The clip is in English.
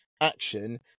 action